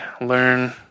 learn